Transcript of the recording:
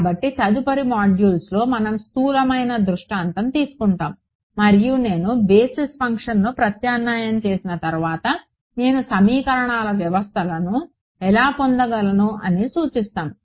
కాబట్టి తదుపరి మాడ్యూల్స్లో మనం స్థూలమైన దృష్టాంతం తీసుకుంటాము మరియు నేను బేసిస్ ఫంక్షన్ను ప్రత్యామ్నాయం చేసిన తర్వాత నేను సమీకరణాల వ్యవస్థను ఎలా పొందగలను అని చూస్తాము